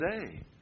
today